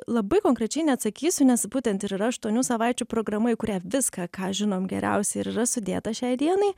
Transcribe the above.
labai konkrečiai neatsakysiu nes būtent ir yra aštuonių savaičių programa į kurią viską ką žinom geriausia ir yra sudėta šiai dienai